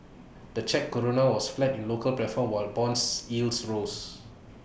the Czech Koruna was flat in local platform while Bond yields rose